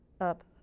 up